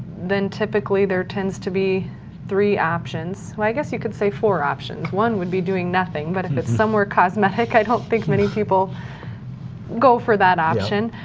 then typically there tend to be three options i guess you could say four options. one would be doing nothing but if it's somewhere cosmetic, i don't think many people go for that option.